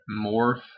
morph